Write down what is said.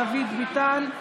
דוד ביטן,